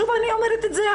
שוב אני אומרת את זה,